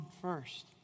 first